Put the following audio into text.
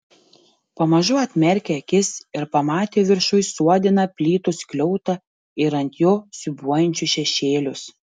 pamažu atmerkė akis ir pamatė viršuj suodiną plytų skliautą ir ant jo siūbuojančius šešėlius